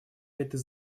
этой